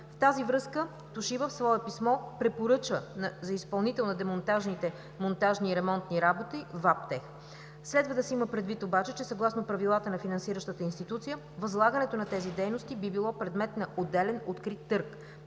В тази връзка в свое писмо „Тошиба“ препоръчва за изпълнител на демонтажните, монтажни и ремонтни работи “ВАПТЕХ”. Следва да се има предвид обаче, че съгласно правилата на финансиращата институция, възлагането на тези дейности би било предмет на отделен открит търг,